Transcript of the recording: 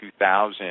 2000